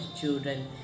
children